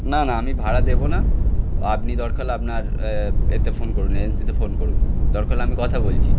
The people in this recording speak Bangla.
না না আমি ভাড়া দেবো না ও আপনি দরকার হলে আপনার এতে ফোন করুন এজেন্সিতে ফোন করুন দরকার হলে আমি কথা বলছি